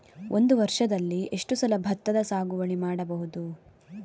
ಒಂದು ವರ್ಷದಲ್ಲಿ ಎಷ್ಟು ಸಲ ಭತ್ತದ ಸಾಗುವಳಿ ಮಾಡಬಹುದು?